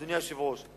אדוני היושב-ראש,